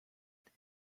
that